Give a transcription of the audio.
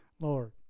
Lord